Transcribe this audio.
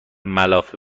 ملافه